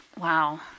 Wow